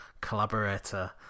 collaborator